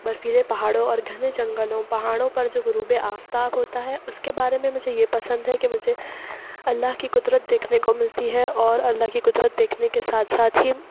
برفیلے پہاڑوں اور گھنے جنگلوں پہاڑوں پر جو غروب آفتاب ہوتا ہے اس کے بارے میں مجھے یہ پسند ہے کہ مجھے اللہ کی قدرت دیکھنے کو ملتی ہے اور اللہ کی قدرت دیکھنے کے ساتھ ساتھ ہی